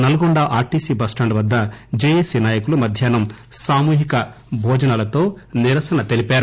Nalgonda RTC bus stand వద్ద JAC నాయకులు మధ్యాహ్సం సామూహిక భోజనాలతో నిరసన తెలిపారు